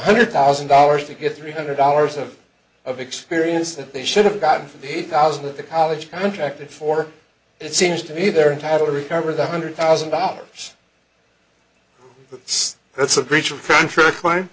hundred thousand dollars to get three hundred dollars of of experience that they should have gotten from the eight thousand that the college contracted for it seems to me they're entitled to recover the hundred thousand dollars but that's a